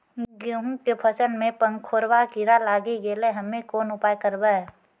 गेहूँ के फसल मे पंखोरवा कीड़ा लागी गैलै हम्मे कोन उपाय करबै?